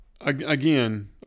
again